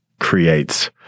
creates